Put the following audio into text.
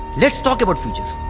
let's talk about future.